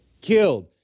killed